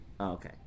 okay